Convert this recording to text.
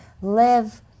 live